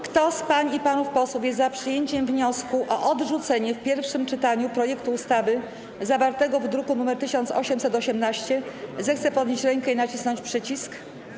Kto z pań i panów posłów jest za przyjęciem wniosku o odrzucenie w pierwszym czytaniu projektu ustawy zawartego w druku nr 1818, zechce podnieść rękę i nacisnąć przycisk.